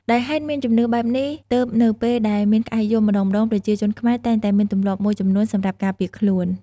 ដោយហេតុមានជំនឿបែបនេះទើបនៅពេលដែលមានក្អែកយំម្តងៗប្រជាជនខ្មែរតែងតែមានទម្លាប់មួយចំនួនសម្រាប់ការពារខ្លួន។